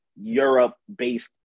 Europe-based